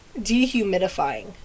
dehumidifying